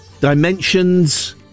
dimensions